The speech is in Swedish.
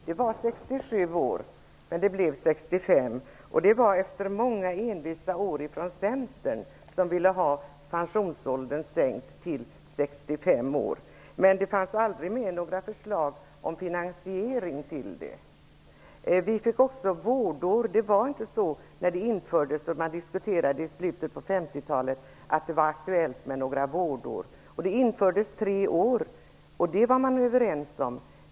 Den var tidigare 67 år, men ändrades till 65 år. Det skedde efter många års envist arbete från Centerns sida. De ville ha pensionsåldern sänkt till 65 år. Det fanns aldrig med några förslag till finansiering. Vidare infördes vårdår. När frågan diskuterades i slutet av 1950 talet var det inte aktuellt med vårdår. Det blev tre år, och det var man överens om.